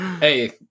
hey